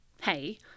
Hey